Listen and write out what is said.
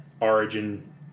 origin